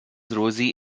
rosie